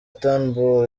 turnbull